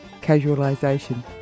casualisation